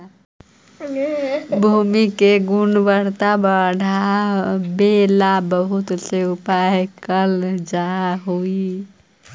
भूमि के गुणवत्ता बढ़ावे ला बहुत से उपाय कैल जा हई